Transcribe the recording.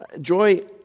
Joy